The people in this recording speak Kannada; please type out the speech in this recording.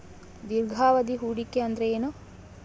ದೀರ್ಘಾವಧಿ ಹೂಡಿಕೆ ಅಂದ್ರ ಏನು?